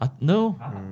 No